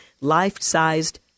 life-sized